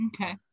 Okay